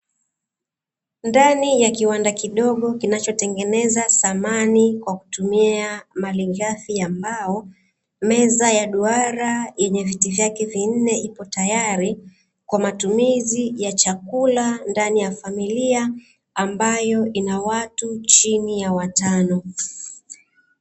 Ndani ya kiwanda kidogo kinachotengeneza samani kwa kutumia malighafi ya mbao, meza ya duara yenye viti vyake vinne tayari kwa matumizi ya chakula ndani ya familia ambayo ina watu chini ya watano.